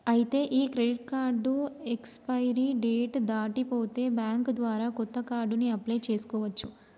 ఐతే ఈ credit card expiry date దాటి పోతే బ్యాంక్ ద్వారా కొత్త కార్డుని అప్లయ్ చేసుకోవచ్చు